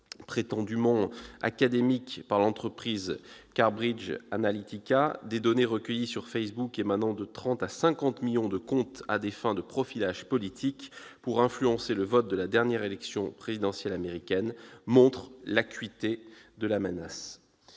prétendument académiques, de données recueillies sur Facebook émanant de 30 à 50 millions de comptes à des fins de profilage politique pour influencer le vote lors de la dernière élection présidentielle américaine montre l'acuité de la menace.